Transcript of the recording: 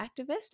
activist